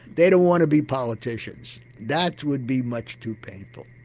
they don't want to be politicians, that would be much too painful.